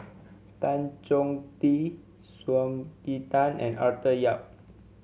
Tan Chong Tee Sumiko Tan and Arthur Yap